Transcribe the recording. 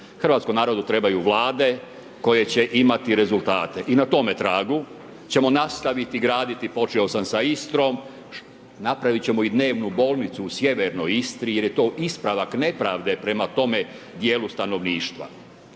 Hrvatskom narodu trebaju vlade koje će imati rezultate. I na tome tragu ćemo nastaviti graditi, počeo sam sa Istrom, napravit ćemo i dnevnu bolnicu u sjevernoj Istri jer je to ispravak nepravde prema tome djelu stanovništva.